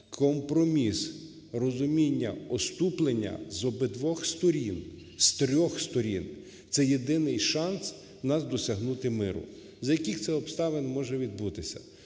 компроміс розумінняуступлення з обидвох сторін, з трьох сторін, це єдиний шанс у нас досягнути миру. За яких це обставин може відбутися?